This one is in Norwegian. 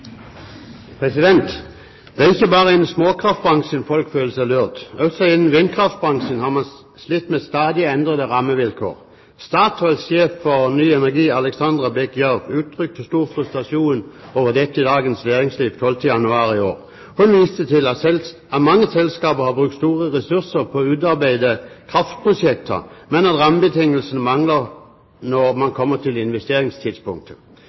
ikke bare innen småkraftbransjen folk føler seg lurt. Også innen vindkraftbransjen har man slitt med stadig endrede rammevilkår. Statoils sjef for ny energi, Alexandra Bech Gjørv, ga uttrykk for stor frustrasjon over dette i Dagens Næringsliv 12. januar i år. Hun viste til at mange selskaper har brukt store ressurser på å utarbeide kraftprosjekter, men at rammebetingelsene mangler når man kommer til investeringstidspunktet.